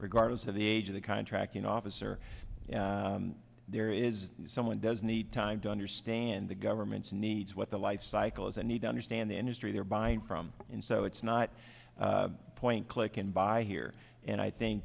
regardless of the age of the contracting officer there is someone does need time to understand the government's needs what the lifecycle is a need to understand the industry they're buying from in so it's not a point click and buy here and i think